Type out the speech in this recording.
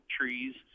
trees